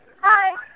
Hi